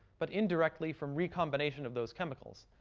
but indirectly from recombination of those chemicals.